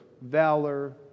valor